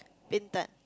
Bintan